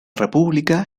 república